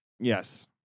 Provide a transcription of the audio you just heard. Yes